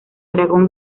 dragón